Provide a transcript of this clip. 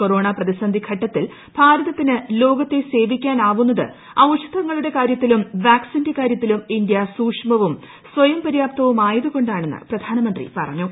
corona പ്രതിസന്ധി ഘട്ടത്തിൽ ഭാരതത്തിന് ലോകത്തെ സേവിക്കാനാവുന്നത് ഔഷധങ്ങളുടെ കാരൃത്തിലും വാക്സിന്റെ കാര്യത്തിലും ഇന്ത്യ സൂക്ഷ്മവും സ്വയം പര്യാപ്തവുമായതു കൊണ്ടാണെന്ന് പ്രധാനമന്ത്രി പറഞ്ഞു